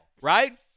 Right